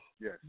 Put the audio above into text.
yes